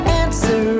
answer